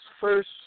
first